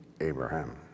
Abraham